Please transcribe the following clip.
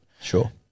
Sure